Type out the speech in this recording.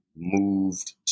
Moved